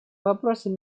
вопросам